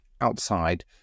outside